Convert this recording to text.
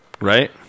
Right